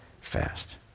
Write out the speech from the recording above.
fast